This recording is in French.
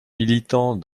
militant